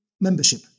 membership